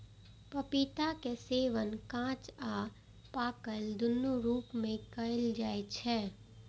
पपीता के सेवन कांच आ पाकल, दुनू रूप मे कैल जाइ छै